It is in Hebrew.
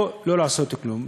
או לא לעשות כלום,